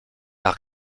par